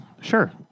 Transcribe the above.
Sure